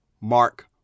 Mark